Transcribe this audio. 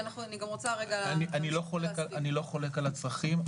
אני לא חולק על הצרכים,